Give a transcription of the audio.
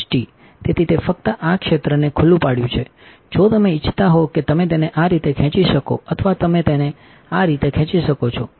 તેથી તે ફક્ત આ ક્ષેત્રને ખુલ્લું પાડ્યું છે જો તમે ઇચ્છતા હો કે તમે તેને આ રીતે ખેંચી શકો અથવા તમે તેને આ રીતે ખેંચી શકો છો